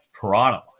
Toronto